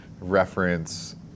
reference